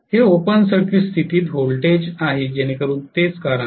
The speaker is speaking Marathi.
हे ओपन सर्किट स्थितीत व्होल्टेज आहे जेणेकरून तेच कारण आहे